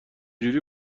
جوری